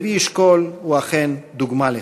לוי אשכול הוא אכן דוגמה לכך.